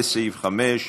לסעיף 5,